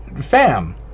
Fam